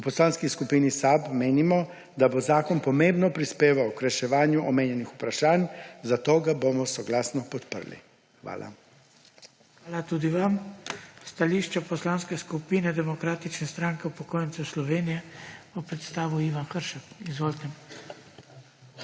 V Poslanski skupini SAB menimo, da bo zakon pomembno prispeval k reševanju omenjenih vprašanj, zato ga bomo soglasno podprli. Hvala. PODPREDSEDNIK BRANKO SIMONOVIČ: Hvala tudi vam. Stališče Poslanske skupine Demokratične stranke upokojencev Slovenije bo predstavil Ivan Hršak. Izvolite.